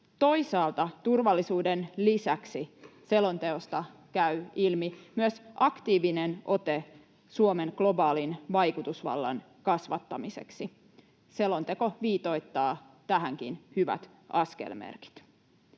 Toisaalta turvallisuuden lisäksi selonteosta käy ilmi myös aktiivinen ote Suomen globaalin vaikutusvallan kasvattamiseksi. Selonteko viitoittaa tähänkin hyvät askelmerkit.